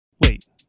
Wait